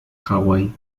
hawaii